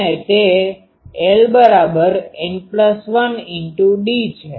અને તે LN1d છે